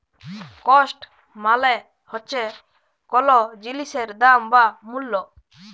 cost মালে হচ্যে কল জিলিসের দাম বা মূল্য